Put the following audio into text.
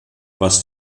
was